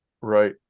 right